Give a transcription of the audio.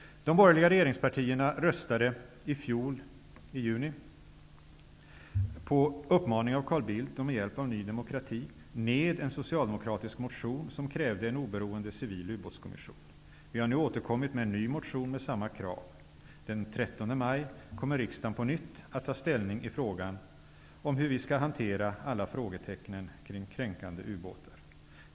De borgerliga regeringspartierna röstade i juni i fjol, på uppmaning av Carl Bildt och med hjälp av Vi har nu återkommit med en ny motion med samma krav. Den 13 maj kommer riksdagen på nytt att ta ställning i frågan om hur vi ska hantera alla frågetecknen kring kränkande ubåtar.